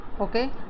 okay